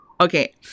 Okay